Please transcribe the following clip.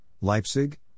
Leipzig